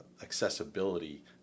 accessibility